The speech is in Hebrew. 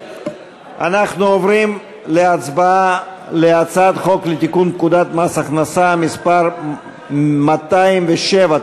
עוברים להצעת חוק לתיקון פקודת מס הכנסה (מס' 207),